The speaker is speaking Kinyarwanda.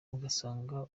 ugasanga